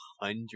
hundred